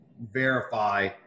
verify